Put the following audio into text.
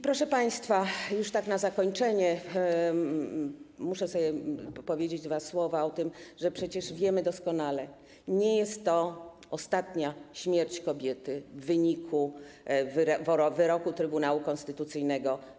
Proszę państwa, już tak na zakończenie muszę powiedzieć dwa słowa o tym, że przecież wiemy doskonale, że nie jest to ostatnia śmierć kobiety w wyniku wyroku Trybunału Konstytucyjnego.